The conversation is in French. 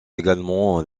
également